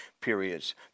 periods